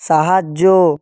সাহায্য